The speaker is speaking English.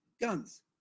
guns